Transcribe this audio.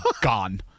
gone